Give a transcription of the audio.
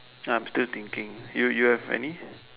I'm still thinking you you have any